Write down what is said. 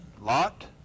Lot